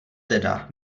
teda